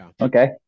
Okay